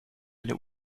eine